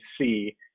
see